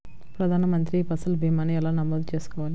ప్రధాన మంత్రి పసల్ భీమాను ఎలా నమోదు చేసుకోవాలి?